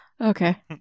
Okay